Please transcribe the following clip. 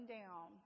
down